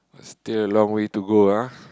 still a long way to go a[ah]